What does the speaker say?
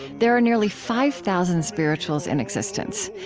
there are nearly five thousand spirituals in existence.